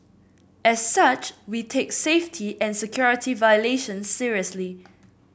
as such we take safety and security violations seriously